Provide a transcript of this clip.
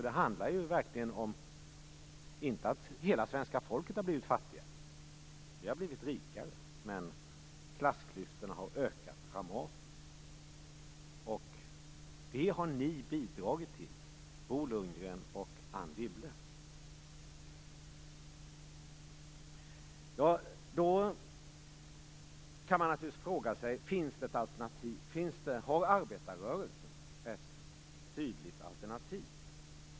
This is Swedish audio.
Det handlar alltså verkligen inte om att hela svenska folket har blivit fattigare. Vi har blivit rikare, men klassklyftorna har ökat dramatiskt. Det har ni bidragit till, Bo Lundgren och Anne Wibble. Då kan man naturligtvis fråga sig: Finns det alternativ? Har arbetarrörelsen ett tydligt alternativ?